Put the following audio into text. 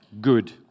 Good